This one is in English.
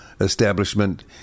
establishment